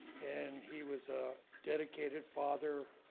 and he was a dedicated father,